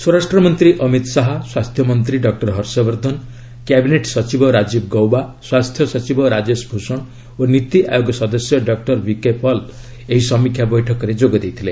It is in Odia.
ସ୍ୱରାଷ୍ଟ୍ରମନ୍ତ୍ରୀ ଅମିତ ଶାହା ସ୍ୱାସ୍ଥ୍ୟ ମନ୍ତ୍ରୀ ଡକ୍ଟର ହର୍ଷବର୍ଦ୍ଧନ କ୍ୟାବିନେଟ୍ ସଚିବ ରାଜୀବ ଗୌବା ସ୍ୱାସ୍ଥ୍ୟ ସଚିବ ରାଜେଶ ଭୂଷଣ ଓ ନୀତି ଆୟୋଗ ସଦସ୍ୟ ଡକ୍କର ଭିକେ ପଲ୍ ଏହି ସମୀକ୍ଷା ବୈଠକରେ ଯୋଗ ଦେଇଥିଲେ